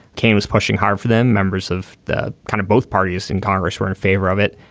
cain was pushing hard for them members of the kind of both parties in congress were in favor of it.